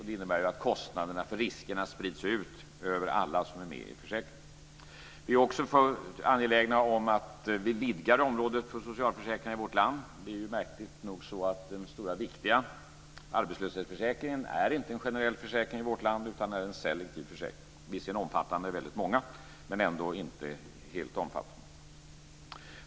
Det innebär att kostnaderna för riskerna sprids ut över alla som är med i försäkringarna. Vi är också angelägna om att man ska vidga området för socialförsäkringarna i vårt land. Det är märkligt nog så att den stora viktiga arbetslöshetsförsäkringen är inte en generell försäkring, utan den är en selektiv försäkring, visserligen omfattande väldigt många, men ändå inte alla. Fru talman!